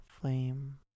flame